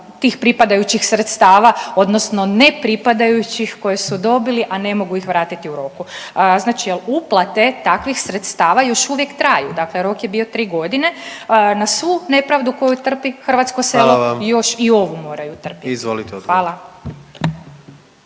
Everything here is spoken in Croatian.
tih pripadajućih sredstava odnosno nepripadajućih koje su dobili, a ne mogu ih vratiti u roku? Znači je l' uplate takvih sredstava još uvijek traju, dakle rok je bio 3 godine, na svu nepravdu koju trpi hrvatsko selo, još .../Upadica: Hvala vam./... i ovu moraju trpiti. Hvala.